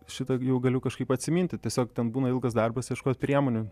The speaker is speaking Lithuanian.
šitą jau galiu kažkaip atsiminti tiesiog ten būna ilgas darbas ieškot priemonių